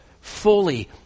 Fully